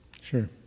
Sure